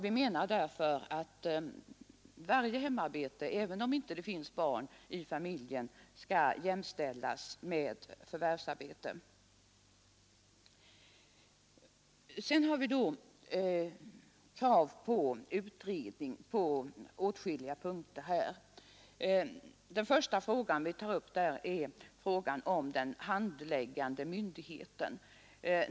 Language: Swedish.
Vi menar därför att varje hemarbete, även om det inte finns barn i familjen, skall jämställas med förvärvsarbete. Vidare föreligger krav på utredning på åtskilliga punkter. Den första fråga vi tar upp är frågan om den handläggande myndigheten.